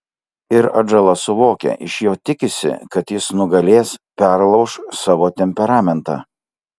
ir atžala suvokia iš jo tikisi kad jis nugalės perlauš savo temperamentą